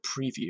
preview